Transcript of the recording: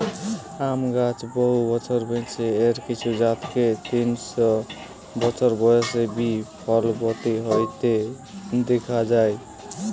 আম গাছ বহু বছর বাঁচে, এর কিছু জাতকে তিনশ বছর বয়সে বি ফলবতী হইতে দিখা যায়